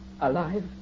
alive